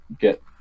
get